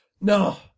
No